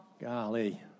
Golly